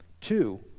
Two